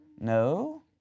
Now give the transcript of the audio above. No